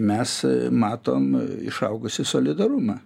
mes matom išaugusį solidarumą